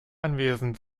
anwesend